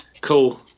cool